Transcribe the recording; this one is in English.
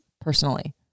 personally